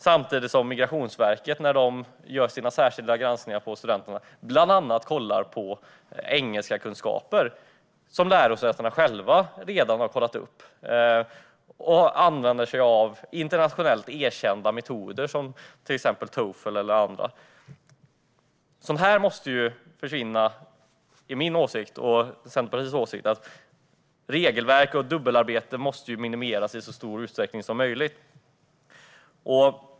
Samtidigt gör Migrationsverket särskilda granskningar av studenterna, och då kollar man bland annat engelskkunskaper som lärosätena själva redan har kollat upp. Lärosätena använder sig av internationellt erkända metoder, till exempel TOEFL eller andra. Min och Centerns åsikt är att sådant måste försvinna. Regelverk och dubbelarbete måste minimeras i så stor utsträckning som möjligt.